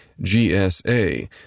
GSA